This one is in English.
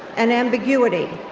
and ambiguity.